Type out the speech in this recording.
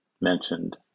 mentioned